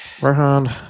Rohan